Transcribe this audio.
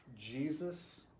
Jesus